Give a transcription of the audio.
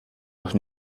auch